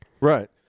Right